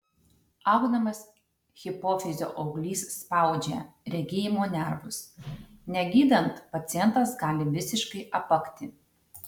augdamas hipofizio auglys spaudžia regėjimo nervus negydant pacientas gali visiškai apakti